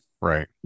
Right